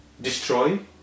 destroy